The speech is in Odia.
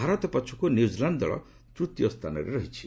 ଭାରତ ପଛକୁ ନ୍ୟୁଜିଲାର୍ଡ ଦଳ ତୃତୀୟ ସ୍ଥାନରେ ରହିଛି